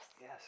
yes